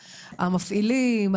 המפעילים,